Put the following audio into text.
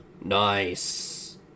Nice